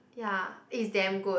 ya eh it's damn good